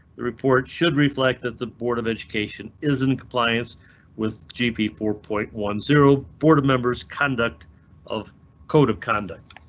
the report should reflect that the board of education is in compliance with gp. four point one zero board members conduct of code of conduct.